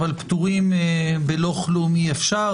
אבל פטורים בלא כלום אי-אפשר,